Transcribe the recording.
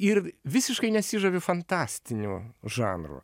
ir visiškai nesižaviu fantastiniu žanru